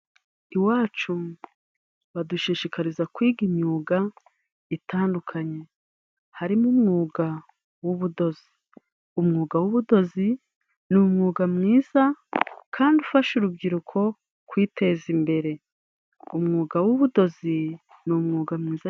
Iwacu badushishikariza kwiga imyuga itandukanye harimo umwuga w'ubudozi; umwuga w'ubudozi ni umwuga mwiza kandi ufasha urubyiruko kwiteza imbere, umwuga w'ubudozi ni umwuga mwiza.